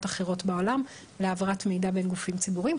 אחרות בעולם להעברת מידע בין גופים ציבוריים,